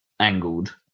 angled